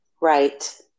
Right